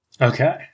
Okay